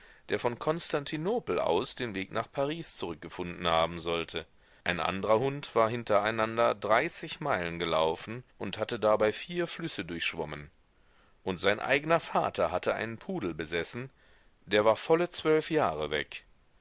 der von konstantinopel aus den weg nach paris zurückgefunden haben sollte ein andrer hund war hinter einander dreißig meilen gelaufen und hatte dabei vier flüsse durchschwommen und sein eigner vater hatte einen pudel besessen der war volle zwölf jahre weg